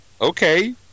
Okay